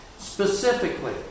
Specifically